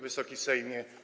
Wysoki Sejmie!